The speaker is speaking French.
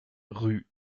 rue